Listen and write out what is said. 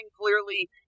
clearly